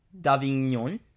Davignon